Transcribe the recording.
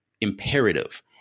imperative